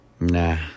Nah